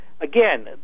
Again